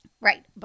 Right